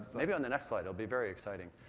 maybe on the next slide. it will be very exciting.